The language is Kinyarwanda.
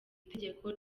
itegeko